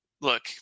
look